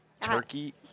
turkey